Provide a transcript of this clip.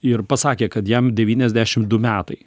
ir pasakė kad jam devyniasdešim du metai